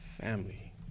Family